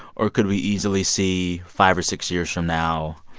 or could we easily see five or six years from now,